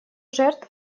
жертв